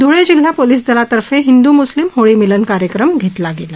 धुळे जिल्हा पोनीस दलातर्फे हिंदू मुस्लिम होळी मिलन कार्यक्रम घेतला गेला